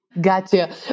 Gotcha